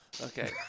Okay